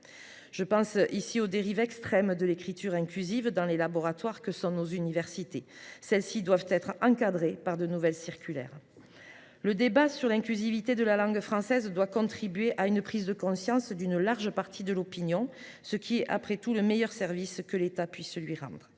Je pense ici aux dérives extrêmes de l’écriture inclusive dans les laboratoires que sont nos universités – ces dérives doivent être encadrées par de nouvelles circulaires. Le débat sur l’inclusivité de la langue française doit contribuer à une prise de conscience d’une large partie de l’opinion, ce qui est, après tout, le meilleur service que l’État puisse lui rendre.